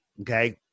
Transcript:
Okay